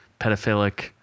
pedophilic